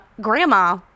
Grandma